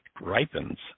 ripens